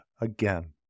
again